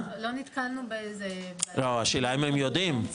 לא נתקלנו באיזה- לא, השאלה אם הם יודעים?